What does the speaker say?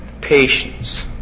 patience